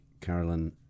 Carolyn